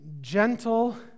gentle